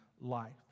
life